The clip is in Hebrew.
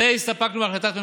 זה הסתפקנו בהחלטת ממשלה.